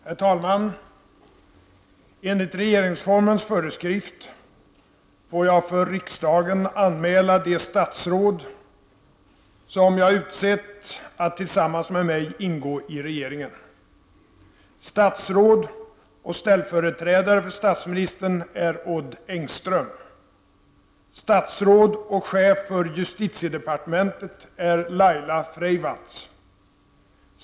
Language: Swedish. Herr talman! Enligt regeringsformens föreskrift får jag för riksdagen anmäla de statsråd som jag utsett att tillsammans med mig ingå i regeringen. Statsråd och ställföreträdare för statsministern är Odd Engström. Statsråd och chef för justitiedepartementet är Laila Freivalds.